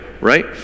right